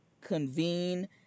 convene